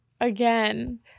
again